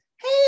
Hey